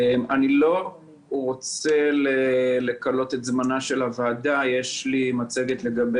אני לא רוצה לכלות את זמנה של הוועדה במצגת שמראה